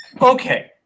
Okay